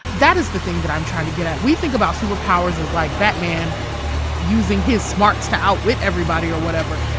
that is the thing that i'm trying to get at. we think about superpowers as, like, batman using his smarts to outwit everybody or whatever.